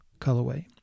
colorway